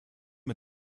mit